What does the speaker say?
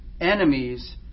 enemies